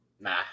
nah